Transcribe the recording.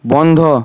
বন্ধ